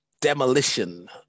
demolition